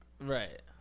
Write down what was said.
Right